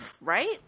Right